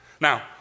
Now